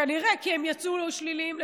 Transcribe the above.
כנראה, כי הם יצאו שליליים לקורונה.